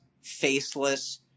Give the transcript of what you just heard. faceless